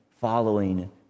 following